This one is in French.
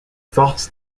force